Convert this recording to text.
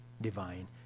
divine